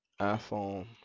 iPhone